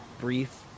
brief